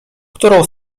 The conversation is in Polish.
którą